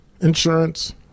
insurance